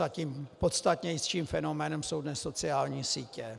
A tím podstatnějším fenoménem jsou dnes sociální sítě.